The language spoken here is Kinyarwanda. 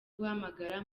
guhamagara